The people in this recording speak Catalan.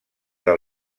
del